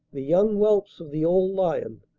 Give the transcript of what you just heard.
the young whelps of the old lion,